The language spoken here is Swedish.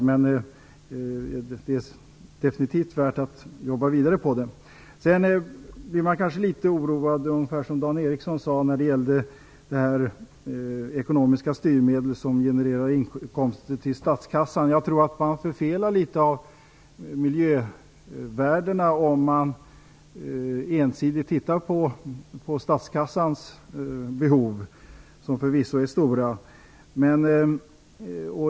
Men det är definitivt värt att jobba vidare på det. Jag blir litet oroad, ungefär som Dan Ericsson, när det talas om ekonomiska styrmedel som genererar inkomster till statskassan. Jag tror att man förfelar litet av miljövärdena om man ensidigt tittar på statskassans behov, som förvisso är stora.